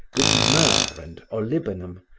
with myrrh and olibanum,